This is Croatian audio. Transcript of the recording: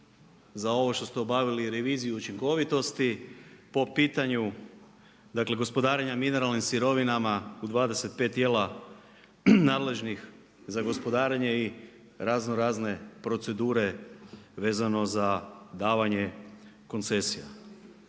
za ovo što ste obavili reviziju učinkovitosti, po pitanju, dakle, gospodarenja mineralnim sirovinama u 25 tijela, nadležnih za gospodarenje i razno razne procedure vezano za davanje koncesija.